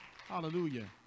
Hallelujah